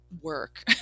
work